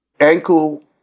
ankle